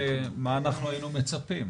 השאלה גם מה אנחנו היינו מצפים.